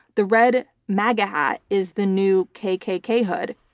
the red maga hat is the new kkk hood.